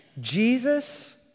Jesus